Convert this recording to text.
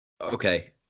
okay